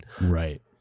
right